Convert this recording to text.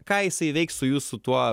ką jisai veiks su jūsų tuo